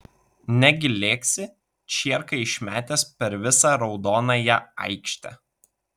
negi lėksi čierką išmetęs per visą raudonąją aikštę